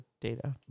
data